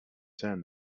turn